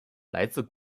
来自